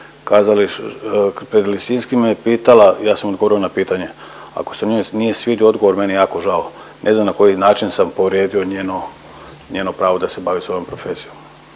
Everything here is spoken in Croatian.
pred Lisinskim me je pitala, ja sam odgovorio na pitanje. Ako se njoj nije svidio odgovor meni je jako žao, ne znam na koji način sam povrijedio njeno, njeno pravo da se bavi s ovom profesijom,